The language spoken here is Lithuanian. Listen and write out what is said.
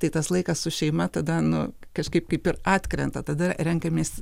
tai tas laikas su šeima tada nu kažkaip kaip ir atkrenta tada renkamės